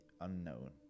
unknown